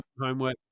homework